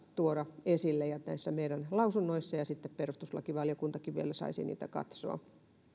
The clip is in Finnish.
tuoda esille ja näissä meidän lausunnoissamme ja sitten perustuslakivaliokuntakin vielä saisi niitä katsoa